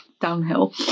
downhill